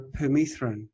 permethrin